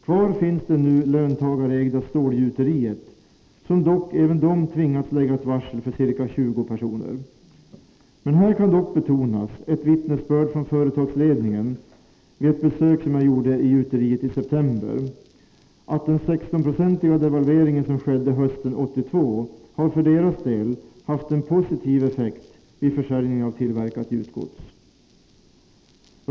Kvar finns det nu löntagarägda stålgjuteriet, som dock även det tvingats lägga ett varsel för ca 20 personer. Här kan dock betonas ett vittnesbörd från företagsledningen i samband med ett besök i gjuteriet som jag gjorde i september, att den sextonprocentiga devalveringen som skedde hösten 1982 för företagets del haft en positiv effekt vid försäljningen av tillverkat gjutgods.